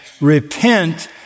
Repent